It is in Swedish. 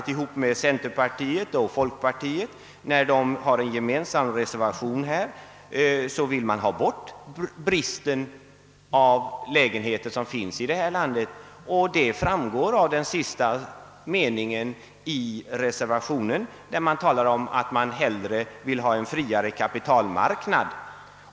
går tillsammans med centerpartiet och folkpartiet, eftersom de har en gemensam reservation här — vill man få bort den brist på lägenheter som nu råder i vårt land. Det framgår av den sista meningen i rer servationen, där man talar om behovet av en friare kapitalmarknad.